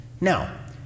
Now